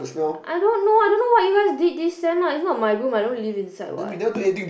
I don't know I don't know what you guys did this sem it's not my room I don't live inside [what]